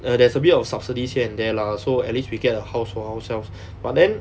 err there's a bit of subsidies here and there lah so at least we get a house for ourselves but then